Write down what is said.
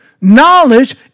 Knowledge